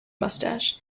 moustache